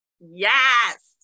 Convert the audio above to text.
Yes